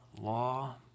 law